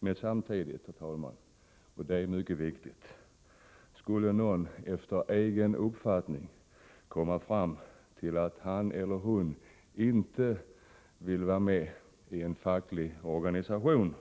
Vi ställer även självklart upp för en person — och det är mycket viktigt — som efter egen uppfattning kommer fram till att han eller hon inte vill vara med i en facklig organisation.